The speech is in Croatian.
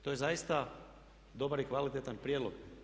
To je zaista dobar i kvalitetan prijedlog.